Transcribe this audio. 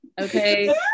Okay